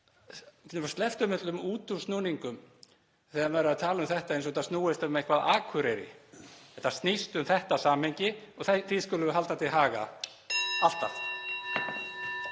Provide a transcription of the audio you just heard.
getum sleppt öllum útúrsnúningum þegar við erum að tala um þetta, eins og þetta snúist eitthvað um Akureyri. Þetta snýst um þetta samhengi og því skulum við halda til haga, alltaf.